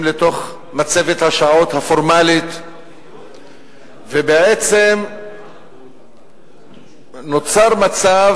לתוך מצבת השעות הפורמלית ובעצם נוצר מצב